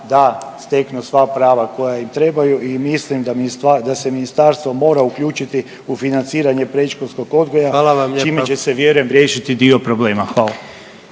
da steknu sva prava koja im trebaju i mislim da se Ministarstvo mora uključiti u financiranje predškolskog odgoja .../Upadica: Hvala vam lijepa./... čime će se vjerujem, riješiti dio problema. Hvala.